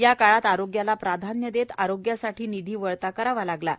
या काळात आरोग्याला प्राधान्य देत आरोग्यासाठी निधी वळता करावा लागला आहे